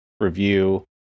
review